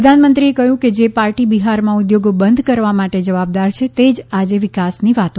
પ્રધાનમંત્રીએ કહ્યું કે જે પાર્ટી બિહારમાં ઉદ્યોગો બંધ કરવા માટે જવાબદાર છે તે જ આજે વિકાસની વાતો કરે છે